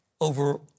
over